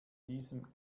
diesem